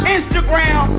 Instagram